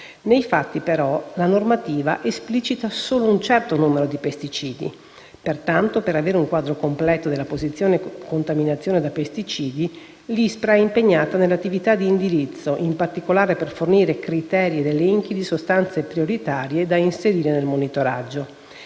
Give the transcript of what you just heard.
Nei fatti, però, la normativa esplicita solo un certo numero di pesticidi. Pertanto, per avere un quadro completo della possibile contaminazione da pesticidi, l'ISPRA è impegnata nell'attività di indirizzo, in particolare per fornire criteri ed elenchi di sostanze prioritarie da inserire nel monitoraggio.